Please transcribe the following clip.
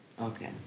okay